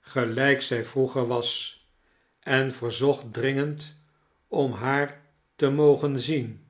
gelijk zij vroeger was en verzocht dringend om haar te mogen zien